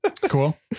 Cool